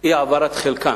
אי-העברת חלקן,